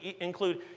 include